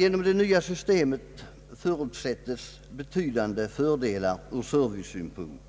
Genom det nya systemet vinnes betydande fördelar ur servicesynpunkt.